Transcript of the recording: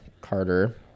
Carter